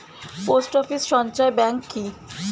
Post office সঞ্চয় bank কি?